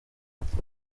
umujyi